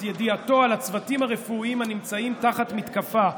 ידיעה על הצוותים הרפואיים הנמצאים תחת מתקפה.